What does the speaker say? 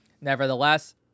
Nevertheless